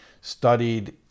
studied